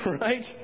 Right